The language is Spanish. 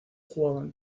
jugaban